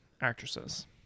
actresses